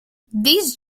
these